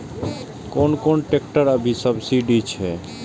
कोन कोन ट्रेक्टर अभी सब्सीडी छै?